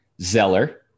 Zeller